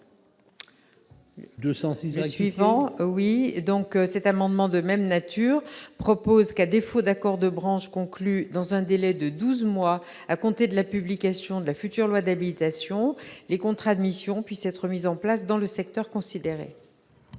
206 heures suivant oui et donc cet amendement de même nature propose qu'à défaut d'accord de branche conclu dans un délai de 12 mois à compter de la publication de la future loi d'habilitation, les contrats de mission puisse être mises en place dans le secteur considéré.